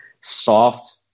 soft